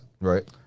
Right